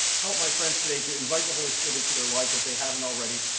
help my friends today to invite the holy spirit into their lives if they haven't already,